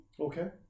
Okay